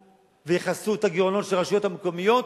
ויכסו את הגירעונות של הרשויות המקומיות,